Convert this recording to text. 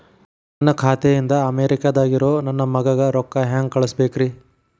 ನನ್ನ ಖಾತೆ ಇಂದ ಅಮೇರಿಕಾದಾಗ್ ಇರೋ ನನ್ನ ಮಗಗ ರೊಕ್ಕ ಹೆಂಗ್ ಕಳಸಬೇಕ್ರಿ?